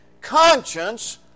conscience